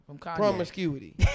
promiscuity